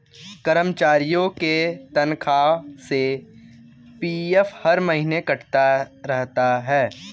कर्मचारियों के तनख्वाह से पी.एफ हर महीने कटता रहता है